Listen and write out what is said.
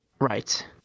Right